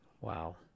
Wow